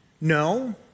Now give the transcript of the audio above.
No